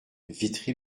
vitry